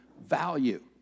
value